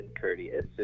courteous